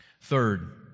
Third